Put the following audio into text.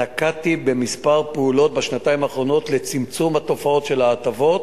בשנתיים האחרונות נקטתי כמה פעולות לצמצום התופעות של ההטבות.